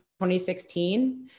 2016